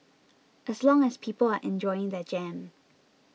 as long as people are enjoying their jam